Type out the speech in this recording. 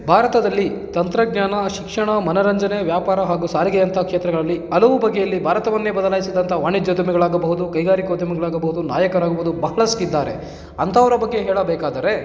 ಭಾರತದಲ್ಲಿ ತಂತ್ರಜ್ಞಾನ ಶಿಕ್ಷಣ ಮನೋರಂಜನೆ ವ್ಯಾಪಾರ ಹಾಗೂ ಸಾರಿಗೆಯಂಥ ಕ್ಷೇತ್ರಗಳಲ್ಲಿ ಹಲವು ಬಗೆಯಲ್ಲಿ ಭಾರತವನ್ನೇ ಬದಲಾಯ್ಸಿದಂಥ ವಾಣಿಜ್ಯ ಉದ್ಯಮಗಳಾಗ್ಬಹುದು ಕೈಗಾರಿಕಾ ಉದ್ಯಮಗಳಾಗ್ಬಹುದು ನಾಯಕರಾಗ್ಬೋದು ಬಹಳಷ್ಟಿದ್ದಾರೆ ಅಂಥವರ ಬಗ್ಗೆ ಹೇಳಬೇಕಾದರೆ